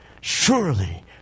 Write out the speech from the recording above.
Surely